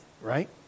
right